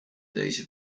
deze